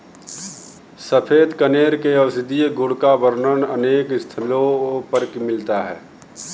सफेद कनेर के औषधीय गुण का वर्णन अनेक स्थलों पर मिलता है